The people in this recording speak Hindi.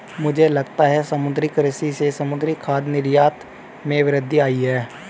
मुझे लगता है समुद्री कृषि से समुद्री खाद्य निर्यात में वृद्धि आयी है